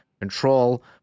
control